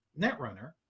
Netrunner